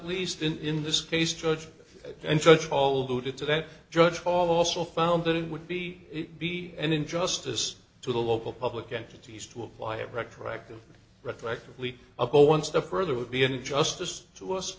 least in in this case judge and judge all due to that judge paul also found that it would be be an injustice to the local public entities to apply it retroactive retroactively up to one step further would be an injustice to us